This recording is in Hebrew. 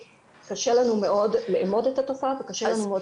קשה לנו מאוד לאמוד את התופעה וקשה לנו מאוד